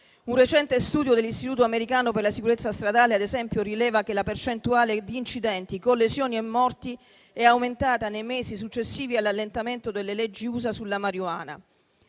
Un recente studio dell'istituto americano per la sicurezza stradale, ad esempio, rileva che la percentuale di incidenti con lesioni e morti è aumentata nei mesi successivi all'allentamento delle leggi USA sulla marijuana: